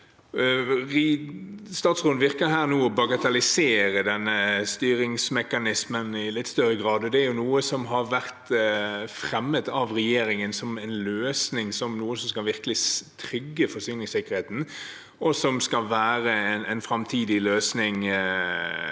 Statsråden virker her nå å bagatellisere denne styringsmekanismen i litt større grad. Dette er jo noe som har vært fremmet av regjeringen som en løsning, som noe som virkelig skal trygge forsyningssikkerheten, som skal være en framtidig løsning,